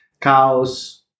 cows